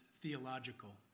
theological